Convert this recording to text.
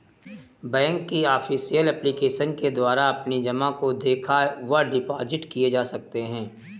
bank की official application के द्वारा अपनी जमा को देखा व डिपॉजिट किए जा सकते हैं